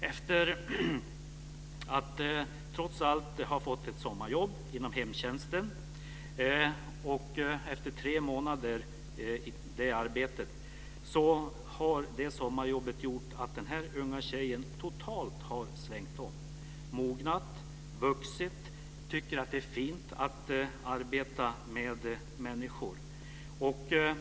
Efter att trots allt ha fått ett sommarjobb inom hemtjänsten och efter tre månader i det arbetet har den unga tjejen totalt svängt om, mognat, vuxit och tycker att det är fint att arbeta med människor.